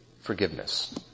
forgiveness